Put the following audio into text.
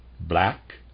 Black